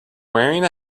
wearing